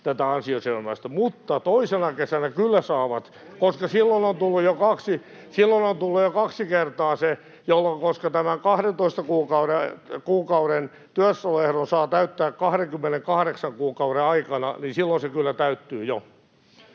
tätä ansiosidonnaista, mutta toisena kesänä he kyllä saavat. Koska tämän 12 kuukauden työssäoloehdon saa täyttää 28 kuukauden aikana, niin silloin se kyllä täyttyy jo.